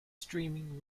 streaming